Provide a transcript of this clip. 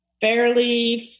fairly